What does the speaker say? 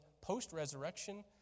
post-resurrection